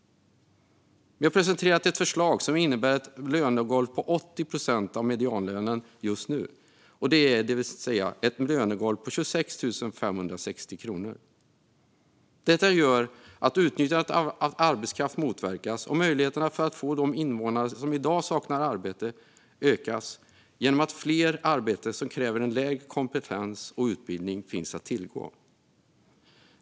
Vi har presenterat ett förslag som innebär ett lönegolv på 80 procent av medianlönen just nu, det vill säga ett lönegolv på 26 560 kronor. Detta gör att utnyttjandet av arbetskraft motverkas och att möjligheterna att få de invånare i arbete som i dag saknar arbete ökas genom att fler arbeten som har lägre krav på kompetens och utbildning finns att tillgå.